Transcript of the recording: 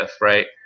right